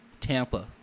Tampa